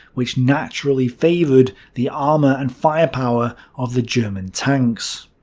which naturally favoured the armour and firepower of the german tanks.